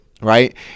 right